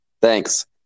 Thanks